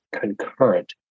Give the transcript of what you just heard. concurrent